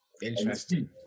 Interesting